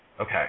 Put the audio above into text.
Okay